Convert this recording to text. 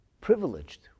privileged